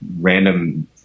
random